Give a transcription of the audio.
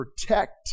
protect